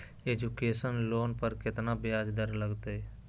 Education loan पर केतना ब्याज दर लगतई?